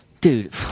Dude